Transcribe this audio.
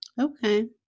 Okay